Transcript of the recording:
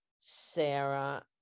Sarah